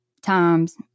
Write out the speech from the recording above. times